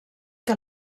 que